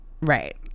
Right